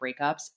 breakups